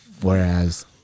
Whereas